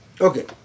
Okay